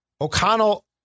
O'Connell